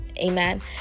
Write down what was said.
Amen